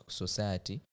society